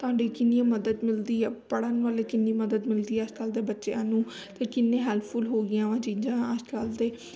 ਤੁਹਾਡੀ ਕਿੰਨੀ ਮਦਦ ਮਿਲਦੀ ਆ ਪੜ੍ਹਨ ਵਾਲੇ ਕਿੰਨੀ ਮਦਦ ਮਿਲਦੀ ਆ ਅੱਜ ਕੱਲ੍ਹ ਦੇ ਬੱਚਿਆਂ ਨੂੰ ਅਤੇ ਕਿੰਨੇ ਹੈਲਪਫੁੱਲ ਹੋ ਗਈਆਂ ਵਾਂ ਚੀਜ਼ਾਂ ਅੱਜ ਕੱਲ੍ਹ ਦੇ